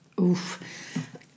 Oof